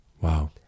Wow